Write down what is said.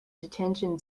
detention